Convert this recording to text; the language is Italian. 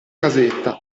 casetta